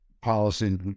policy